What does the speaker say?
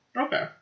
Okay